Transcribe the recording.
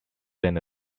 than